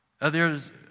Others